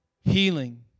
Healing